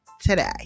today